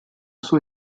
sua